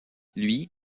lui